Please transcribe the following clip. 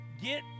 Get